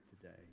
today